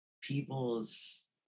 people's